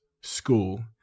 school